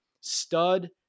stud